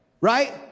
right